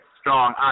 strong